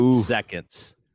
seconds